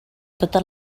totes